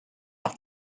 have